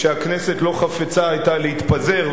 כשהכנסת לא חפצה להתפזר,